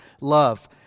love